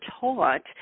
taught